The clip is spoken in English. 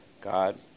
God